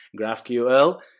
GraphQL